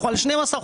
אלא על 12 חודשים.